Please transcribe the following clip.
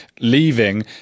leaving